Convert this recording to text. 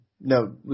no